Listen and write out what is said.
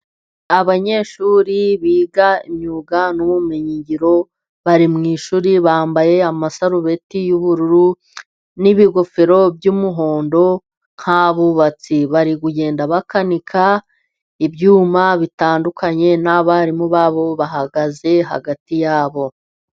Abanyeshuri biga imyuga n'ubumenyingiro bari mu ishuri, bambaye amasarubeti y'ubururu n'ibigofero by'umuhondo nk'abubatsi. Bari kugenda bakanika ibyuma bitandukanye, n’abarimu babo bahagaze hagati yabo.